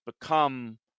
become